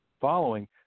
following